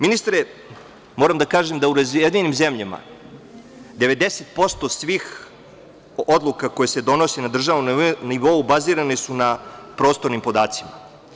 Ministre, moram da kažem da u razvijenim zemljama 90% svih odluka koje se donose na državnom nivou bazirane su na prostornim podacima.